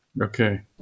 Okay